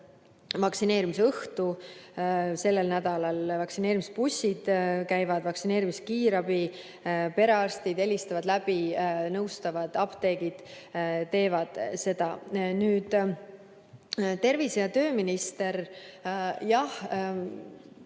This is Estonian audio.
vaktsineerimise õhtu sellel nädalal, vaktsineerimisbussid, vaktsineerimiskiirabi, perearstid helistavad läbi, nõustavad, ka apteegid teevad seda. Tervise‑ ja tööminister jah